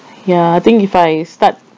ya I think if I start